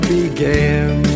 began